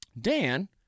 Dan